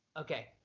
Okay